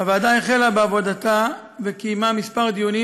הוועדה החלה בעבודתה וקיימה כמה דיונים,